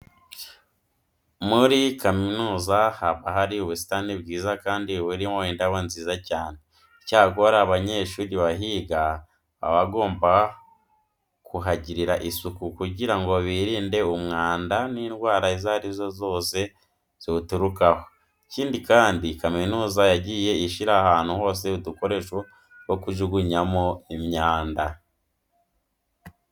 Muri kaminuza haba hari ubusitani bwiza kandi burimo indabo nziza cyane. Icyakora abanyeshuri bahiga baba bagomba kuhagirira isuku kugira ngo birinde umwanda n'indwara izo ari zo zose ziwuturukaho. Ikindi kandi kaminuza yagiye ishyira ahantu hose udukoresho two kujugunyamo imyanda.